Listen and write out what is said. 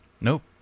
Nope